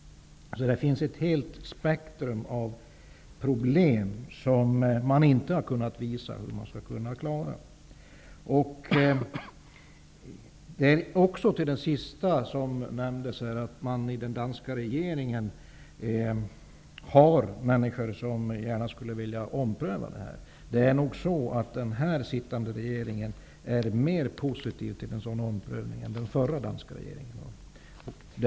Det finns ett helt spektrum av problem, och man har inte kunnat visa hur man skall klara av dem. Carl Bildt nämnde den danska regeringen. I den finns människor som gärna skulle vilja ompröva frågan. Det är nog så att den nu sittande regeringen är mera positiv till en sådan omprövning än den förra danska regeringen var.